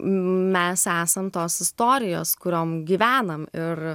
mes esam tos istorijos kuriom gyvenam ir